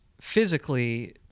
physically